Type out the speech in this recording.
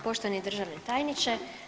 Poštovani državni tajniče.